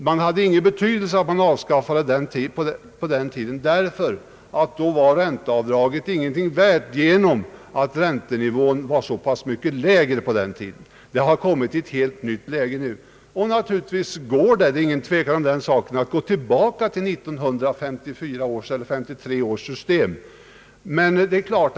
Det betydde inte så mycket för deras del att beskattningen då lades om, eftersom ränteavdraget den gången inte var värt så mycket på grund av att räntenivån då var så mycket lägre än i dag. Nu är saken i ett annat läge. Naturligtvis går det att återgå till systemet från tiden före 1953 —1954, det är ingen tvekan om det.